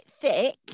thick